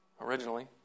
originally